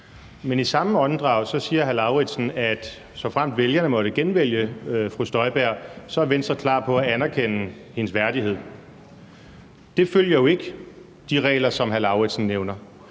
hr. Karsten Lauritzen, at såfremt vælgerne måtte genvælge fru Inger Støjberg, er Venstre klar til at anerkende hendes værdighed. Det følger jo ikke de regler, som hr.